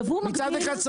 מצד אחד,